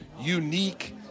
unique